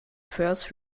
first